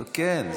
כן,